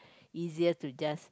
easier to just